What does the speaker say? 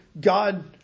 God